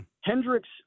Hendricks